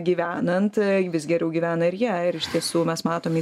gyvenant vis geriau gyvenair jie ir iš tiesų mes matom